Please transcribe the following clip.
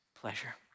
pleasure